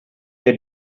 the